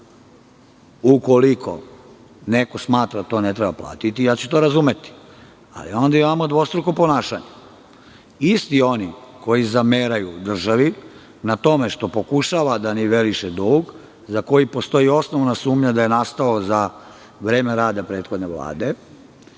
platimo? Ukoliko neko smatra da to ne treba platiti, ja ću to razumeti. Onda imamo dvostruko ponašanje. Isti oni koji zameraju državi na tome što pokušava da niveliše dug za koji postoji osnovana sumnja da je nastao za vreme rada prethodne Vlade,